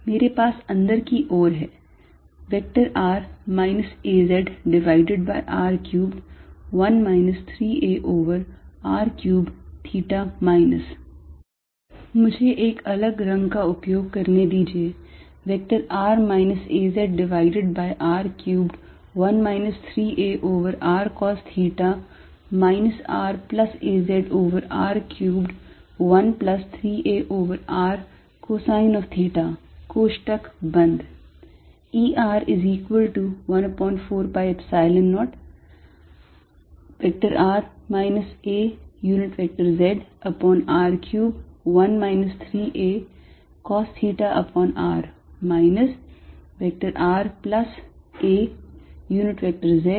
मेरे पासअंदर की ओर है vector r minus az divided by r cubed 1 minus 3 a over r cos theta minus मुझे एक अलग रंग का उपयोग करने दीजिए vector r minus az divided by r cubed 1 minus 3 a over r cos theta minusr plus az over r cubed 1 plus 3 a over r cosine of theta कोष्टक बन्द